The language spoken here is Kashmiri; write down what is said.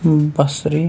بصری